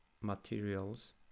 materials